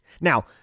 Now